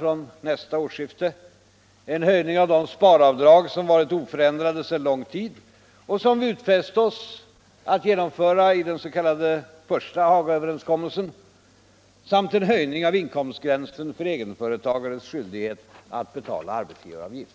från nästa årsskifte, en höjning av de sparavdrag som varit oförändrade under lång tid och som vi utfäste oss att genomföra i den första s.k. Hagaöverenskommelsen samt en höjning av inkomstgränsen för egenföretagares skyldighet att betala arbetsgivaravgift.